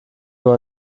nur